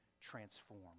transform